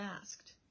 asked